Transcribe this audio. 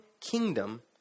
kingdom